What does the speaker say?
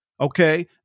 Okay